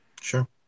sure